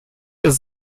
ist